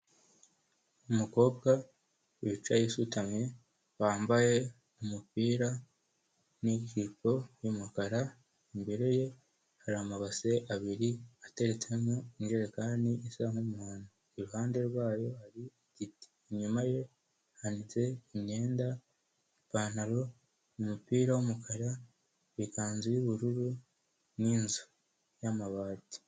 Umukobwa wicaye usutamye, wambaye umupira n'ijipo y'umukara, imbere ye hari amabase abiri ateretsemo injerekani isa nk'umuhondo. Iruhande rwayo hari igiti. Inyuma ye hanitse imyenda, ipantaro, umupira w'umukara, ikanzu y'ubururu n'inzu y'amabati.